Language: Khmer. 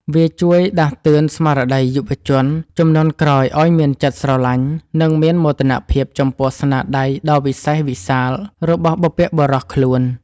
វាជួយដាស់តឿនស្មារតីយុវជនជំនាន់ក្រោយឱ្យមានចិត្តស្រឡាញ់ និងមានមោទនភាពចំពោះស្នាដៃដ៏វិសេសវិសាលរបស់បុព្វបុរសខ្លួន។